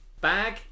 Bag